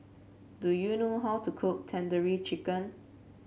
do you know how to cook Tandoori Chicken